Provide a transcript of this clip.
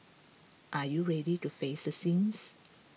are you ready to face the sins